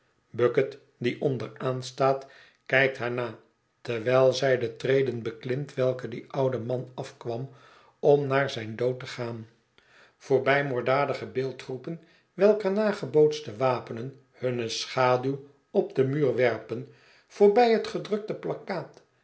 bucket die onderaan staat kijkt haar na terwijl zij de treden beklimt welke die oude man afkwam om naar zijn dood te gaan voorbij moorddadige beeldgroepen welker nagebootste wapenen hunne schaduw op den muur werpen voorbij het gedrukte plakkaat